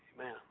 amen